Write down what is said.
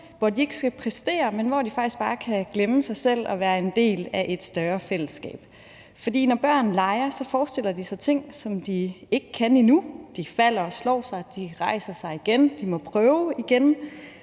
hvor de ikke skal præstere, men hvor de faktisk bare kan glemme sig selv og være en del af et større fællesskab. Når børn leger, forestiller de sig ting, som de ikke kan endnu, de falder og slår sig, de rejser sig igen, de må prøve igen,